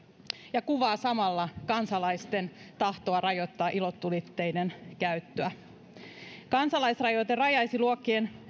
ja kuvaa samalla kansalaisten tahtoa rajoittaa ilotulitteiden käyttöä kansalaisaloite rajaisi luokkien